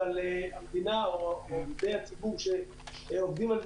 אבל המדינה או עובדי הציבור שעובדים על זה